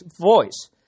voice